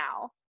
now